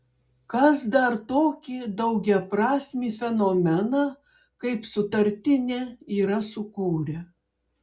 kas dar tokį daugiaprasmį fenomeną kaip sutartinė yra sukūrę